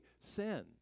sin